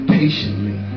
patiently